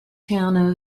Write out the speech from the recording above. town